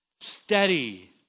Steady